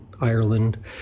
Ireland